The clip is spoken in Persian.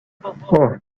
اوه